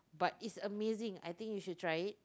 but it's amazing I think you should try it